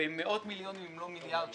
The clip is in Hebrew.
במאות מילונים אם לא מיליארד שקל,